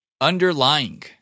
Underlying